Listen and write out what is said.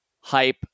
hype